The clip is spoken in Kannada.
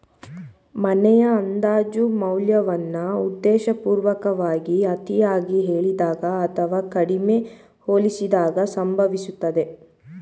ಮನೆಯ ಅಂದಾಜು ಮೌಲ್ಯವನ್ನ ಉದ್ದೇಶಪೂರ್ವಕವಾಗಿ ಅತಿಯಾಗಿ ಹೇಳಿದಾಗ ಅಥವಾ ಕಡಿಮೆ ಹೋಲಿಸಿದಾಗ ಸಂಭವಿಸುತ್ತದೆ